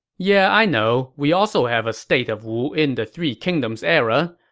yeah i know. we also have a state of wu in the three kingdoms era.